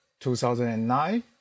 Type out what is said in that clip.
2009